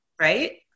right